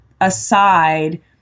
aside